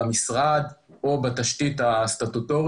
אלה מנגנונים כלכליים שצריכים להיות מוכנים מראש.